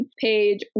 page